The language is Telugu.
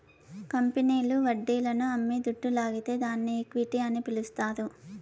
కంపెనీల్లు వడ్డీలను అమ్మి దుడ్డు లాగితే దాన్ని ఈక్విటీ అని పిలస్తారు